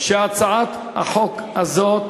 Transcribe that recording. שהצעת החוק הזאת